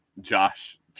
josh